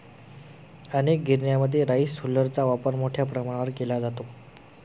अनेक गिरण्यांमध्ये राईस हुलरचा वापर मोठ्या प्रमाणावर केला जातो